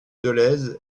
dolez